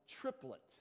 triplet